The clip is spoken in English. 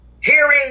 Hearing